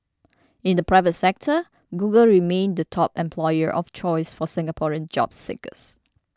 in the private sector Google remained the top employer of choice for Singaporean job seekers